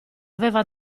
aveva